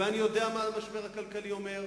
ואני יודע מה המשבר הכלכלי אומר,